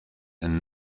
and